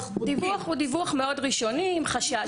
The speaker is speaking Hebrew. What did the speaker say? דיווח הוא דיווח מאוד ראשוני עם חשד.